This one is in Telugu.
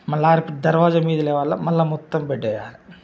మళ్ళా ఆడికి దర్వాజా మీదికి తేవాలి మళ్ళా మొత్తం బెడ్ వేయాలి